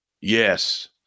Yes